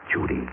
Judy